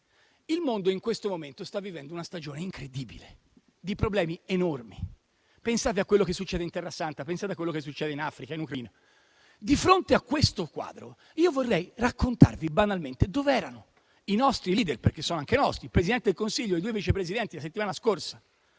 il mondo in questo momento sta vivendo una stagione incredibile, di problemi enormi. Pensate a quello che succede in Terrasanta, pensate a quello che succede in Africa e in Ucraina. Di fronte a questo quadro, io vorrei raccontarvi banalmente dove erano i nostri *leader* (perché sono anche nostri) la settimana scorsa, il Presidente del Consiglio e i due Vice Presidenti. Un Vice